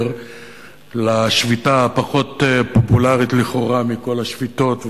לשביתה הפחות פופולרית לכאורה מכל השביתות,